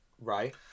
Right